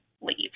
leave